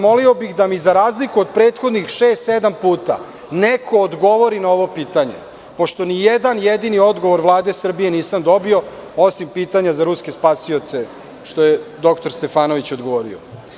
Molio bih da mi, za razliku od prethodnih 6-7 puta, neko odgovori na ovo pitanje, pošto nijedan jedini odgovor Vlade Srbije nisam dobio, osim pitanja za ruske spasioce, a što je dr Stefanović odgovorio.